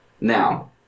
Now